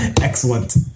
Excellent